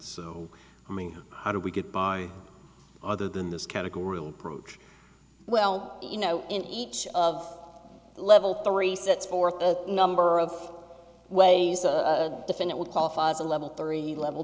s i mean how do we get by other than this kind of groom proof well you know in each of level three sets forth a number of ways the defendant would qualify as a level three level